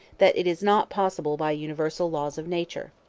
that it is not possible by universal laws of nature.